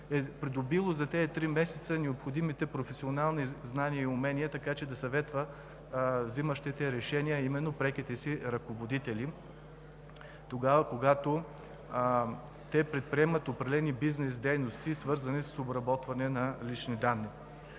придобило за тези три месеца необходимите професионални знания и умения, така че да съветва взимащите решения, а именно преките си ръководители, когато те предприемат определени бизнес дейности, свързани с обработване на лични данни.